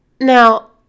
Now